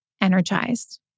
energized